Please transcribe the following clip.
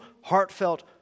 heartfelt